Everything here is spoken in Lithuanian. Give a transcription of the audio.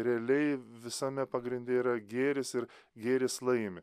realiai visame pagrinde yra gėris ir gėris laimi